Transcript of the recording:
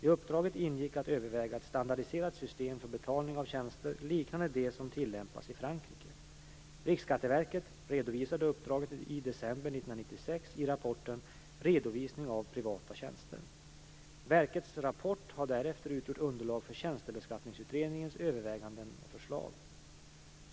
I uppdraget ingick att överväga ett standardiserat system för betalning av tjänster liknande det som tillämpas i Frankrike. Riksskatteverket redovisade uppdraget i december 1996 i rapporten Redovisning av privata tjänster . Verkets rapport har därefter utgjort underlag för tjänstebeskattningsutredningens överväganden och förslag.